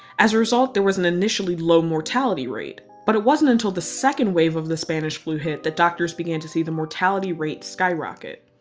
as a result there was an initially low mortality rate. but it wasn't until the second wave of the spanish flu hit that doctors began to see the mortality rate skyrocket.